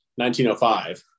1905